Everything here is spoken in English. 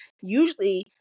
usually